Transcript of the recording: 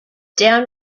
down